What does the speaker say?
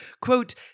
quote